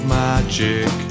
magic